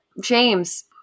James